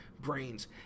brains